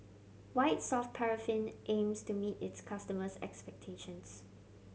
White Soft Paraffin aims to meet its customers' expectations